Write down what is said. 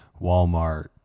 walmart